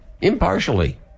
Impartially